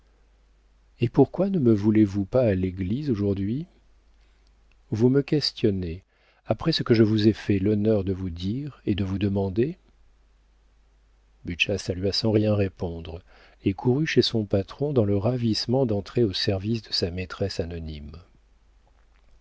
et pourquoi ne me voulez-vous pas à l'église aujourd'hui vous me questionnez après ce que je vous ai fait l'honneur de vous dire et de vous demander butscha salua sans rien répondre et courut chez son patron dans le ravissement d'entrer au service de sa maîtresse anonyme